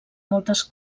moltes